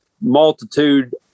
multitude